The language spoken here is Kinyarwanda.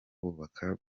kubaka